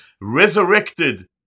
resurrected